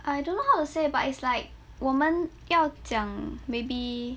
I don't know how to say but it's like 我们要讲 maybe